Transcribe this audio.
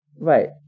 right